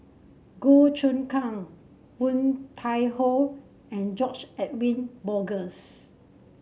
Goh Choon Kang Woon Tai Ho and George Edwin Bogaars